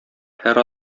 һәр